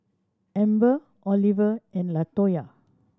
Amber Oliver and Latoya